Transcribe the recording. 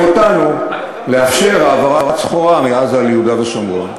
אותנו לאפשר העברת סחורה מעזה ליהודה ושומרון.